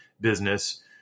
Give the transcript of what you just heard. business